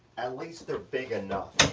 at least they're big enough,